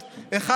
אתה,